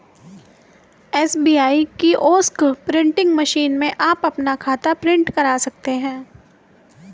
SBI kiosk printing machine में आप अपना खाता प्रिंट करा सकते हैं